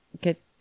get